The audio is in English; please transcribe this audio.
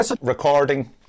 recording